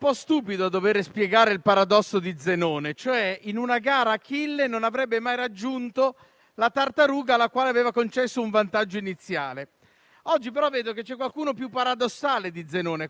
Oggi, però, vedo che c'è qualcuno più paradossale di Zenone, quasi uno Zalone. Ecco, Conte Zalone vorrebbe farci credere che la riforma del MES va votata ma non va attuata perché brutta, sporca e cattiva.